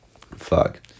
Fuck